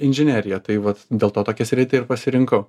inžineriją tai vat dėl to tokią sritį ir pasirinkau